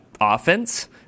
offense